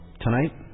Tonight